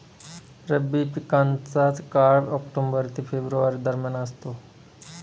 रब्बी पिकांचा काळ ऑक्टोबर ते फेब्रुवारी दरम्यान असतो